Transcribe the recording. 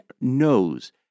knows